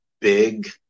big